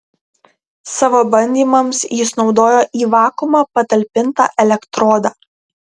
savo bandymams jis naudojo į vakuumą patalpintą elektrodą